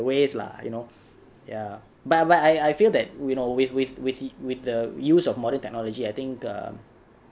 ways lah you know ya but but I I feel that you know with with with the with the use of modern technology I think um